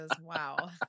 Wow